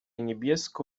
niebiesko